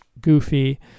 goofy